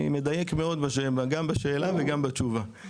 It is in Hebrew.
אני מדייק מאוד גם בשאלה וגם בתשובה.